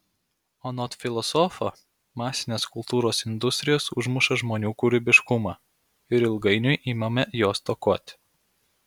anot filosofo masinės kultūros industrijos užmuša žmonių kūrybiškumą ir ilgainiui imame jo stokoti